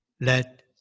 let